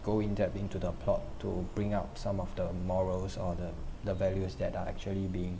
go in depth into the plot to bring out some of the morals or the the values that are actually being